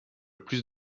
plus